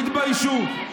תתביישו.